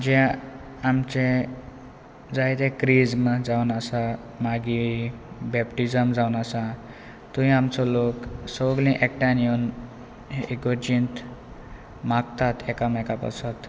जे आमचे जायते क्रिज्म जावन आसा मागीर बेपटिजम जावन आसा थंय आमचो लोक सगलें एकठांय येवन इगर्जेंत मागतात एकांमेकां पसत